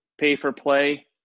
pay-for-play